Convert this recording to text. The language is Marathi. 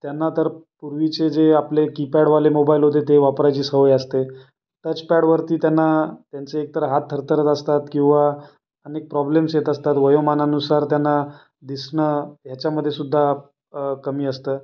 त्यांना तर पूर्वीचे जे आपले कीपॅडवाले मोबाईल होते ते वापरायची सवय असते टचपॅड वरती त्यांना त्यांचे एकतर हात थरथरत असतात किंवा अनेक प्रॉब्लेम्स येत असतात वयोमानानुसार त्यांना दिसणं ह्याच्यामध्येसुद्धा कमी असतं